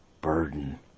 burden